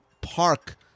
park